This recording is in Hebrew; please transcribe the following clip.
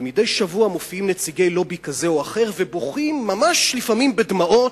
ומדי שבוע מופיעים נציגי לובי כזה או אחר ובוכים ממש לפעמים בדמעות: